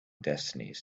destinies